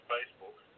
Facebook